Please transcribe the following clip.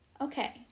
Okay